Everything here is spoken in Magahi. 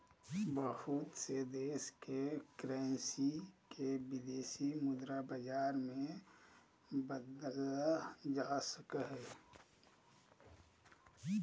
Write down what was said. बहुत से देश के करेंसी के विदेशी मुद्रा बाजार मे बदलल जा हय